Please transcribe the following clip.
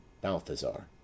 Balthazar